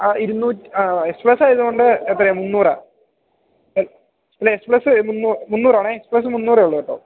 ആ ഇരുന്നൂറ്റ് ആ ആ എക്സ് പ്ലസായതുകൊണ്ട് എത്രയാണ് മുന്നൂറാണ് അല്ല എക്സ് പ്ലസ് മുന്നൂറാണെ എക്സ് പ്ലസ് മൂന്നൂറെ ഉള്ളു കേട്ടോ